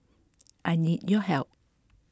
I need your help